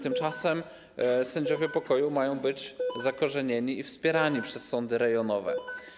Tymczasem sędziowie pokoju mają być zakorzenieni i wspierani przez sądy rejonowe.